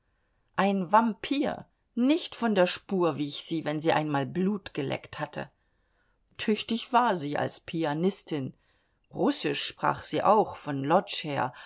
ein vampir nicht von der spur wich sie wenn sie einmal blut geleckt hatte tüchtig war sie als pianistin russisch sprach sie auch von lodz her